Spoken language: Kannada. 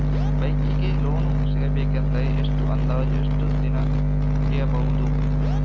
ಬೈಕ್ ಗೆ ಲೋನ್ ಸಿಗಬೇಕಾದರೆ ಒಂದು ಅಂದಾಜು ಎಷ್ಟು ದಿನ ಹಿಡಿಯಬಹುದು?